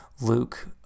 Luke